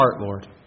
Lord